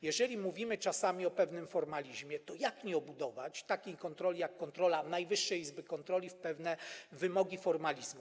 Jeżeli mówimy czasami o pewnym formalizmie, to jak nie obudować takiej kontroli, jak kontrola Najwyższej Izby Kontroli, w pewne wymogi formalizmu.